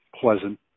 pleasant